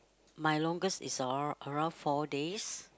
my longest is uh around four days